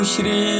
Shri